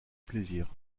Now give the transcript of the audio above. plaisir